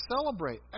celebrate